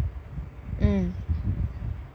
mm